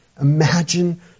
Imagine